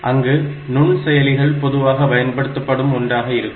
அங்கு நுண்செயலிகள் பொதுவாக பயன்படுத்தப்படும் ஒன்றாக இருக்கும்